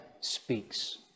speaks